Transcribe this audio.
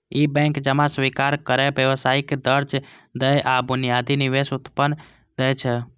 ई bank जमा स्वीकार करै, व्यावसायिक कर्ज दै आ बुनियादी निवेश उत्पाद दै छै